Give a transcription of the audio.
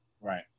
Right